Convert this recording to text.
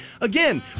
again